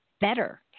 better